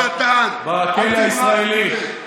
דמגוג קטן, אל תברח מזה, תן לי תשובה.